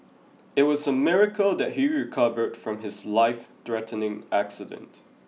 it was a miracle that he recovered from his lifethreatening accident